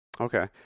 Okay